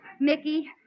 Mickey